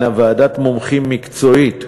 הנה ועדת מומחים מקצועית,